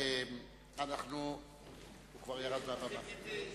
הוא כבר ירד מהבמה.